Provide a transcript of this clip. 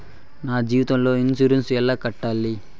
నా జీవిత ఇన్సూరెన్సు ఎలా కట్టాలి?